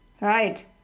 Right